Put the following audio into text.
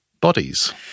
bodies